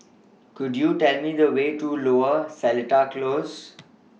Could YOU Tell Me The Way to Lower Seletar Close